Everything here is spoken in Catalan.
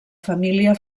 família